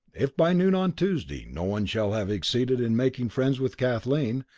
if by noon on tuesday no one shall have succeeded in making friends with kathleen,